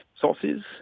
sources